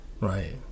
Right